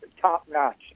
Top-notch